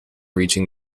reaching